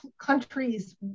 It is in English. countries